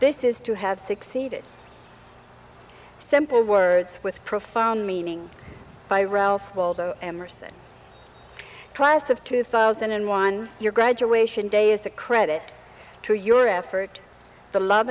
this is to have succeeded simple words with profound meaning by ralph waldo emerson price of two thousand and one your graduation day is a credit to your effort the love